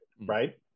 right